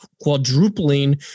quadrupling